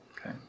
Okay